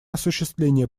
осуществление